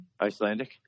Icelandic